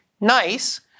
nice